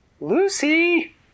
Lucy